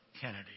Kennedy